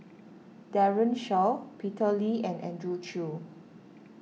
Daren Shiau Peter Lee and Andrew Chew